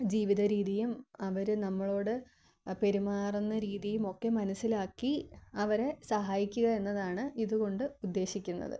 ജീവിതരീതിയും അവർ നമ്മളോട് പെരുമാറുന്ന രീതിയും ഒക്കെ മനസ്സിലാക്കി അവരെ സഹായിക്കുക എന്നതാണ് ഇതുകൊണ്ട് ഉദ്ദേശിക്കുന്നത്